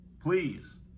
please